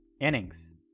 Innings